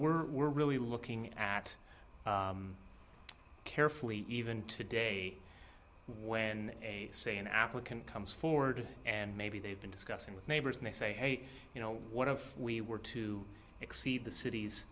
we're we're really looking at carefully even today when they say an applicant comes forward and maybe they've been discussing with neighbors and they say hey you know what of we were to exceed the cit